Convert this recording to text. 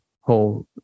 whole